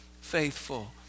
faithful